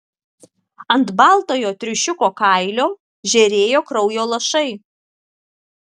ant baltojo triušiuko kailio žėrėjo kraujo lašai